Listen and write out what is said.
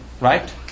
Right